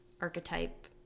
archetype